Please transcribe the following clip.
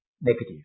negative